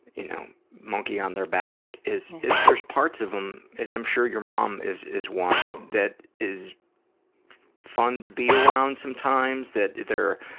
you know monkey on their back is is there's parts of them as i'm sure your mom is is one that is fun to be around sometimes, that there